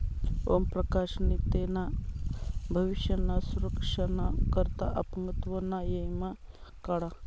ओम प्रकाश नी तेना भविष्य ना सुरक्षा ना करता अपंगत्व ना ईमा काढा